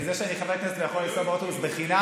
זה שאני חבר כנסת ויכול לנסוע באוטובוס בחינם